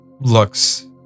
looks